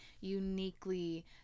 uniquely